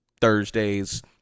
Thursday's